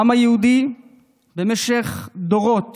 העם היהודי במשך דורות